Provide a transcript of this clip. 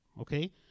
okay